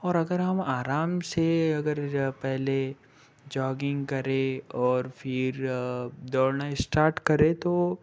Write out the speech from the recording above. और अगर हम आराम से अगर पहले जॉगिंग करें और फिर दौड़ना स्टार्ट करें तो